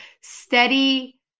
steady